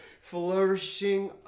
Flourishing